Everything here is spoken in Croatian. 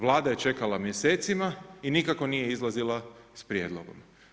Vlada je čekala mjesecima i nikako nije izlazila s prijedlogom.